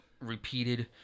repeated